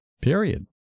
Period